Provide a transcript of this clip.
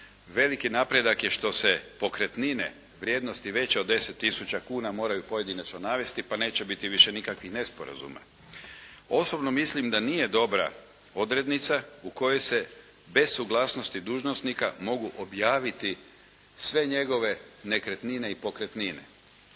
veliki napredak je što se pokretnine, vrijednosti veće od 10 tisuća kuna moraju pojedinačno navesti pa neće biti više nikakvih nesporazuma. Osobno mislim da nije dobra odrednica u kojoj se bez suglasnosti dužnosnika mogu objaviti sve njegove nekretnine i pokretnine.